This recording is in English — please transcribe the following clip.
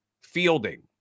Fielding